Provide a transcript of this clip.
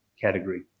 category